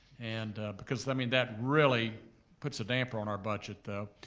and because i mean that really puts a damper on our budget though.